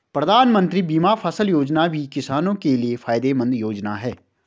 प्रधानमंत्री बीमा फसल योजना भी किसानो के लिये फायदेमंद योजना है